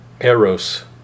Eros